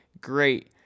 great